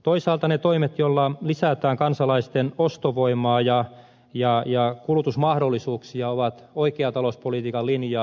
toisaalta ne toimet joilla lisätään kansalaisten ostovoimaa ja kulutusmahdollisuuksia ovat oikeaa talouspolitiikan linjaa